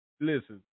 listen